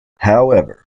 however